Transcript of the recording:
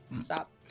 stop